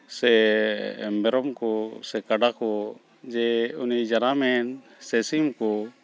ᱥᱮ ᱢᱮᱨᱚᱢ ᱠᱚ ᱥᱮ ᱠᱟᱰᱟ ᱠᱚ ᱡᱮ ᱩᱱᱤ ᱡᱟᱱᱟᱢᱮᱱ ᱥᱮ ᱥᱤᱢ ᱠᱚ